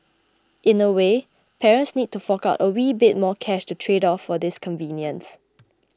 in a way parents need to fork out a wee bit more cash to trade off for this convenience